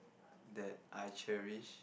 that I cherish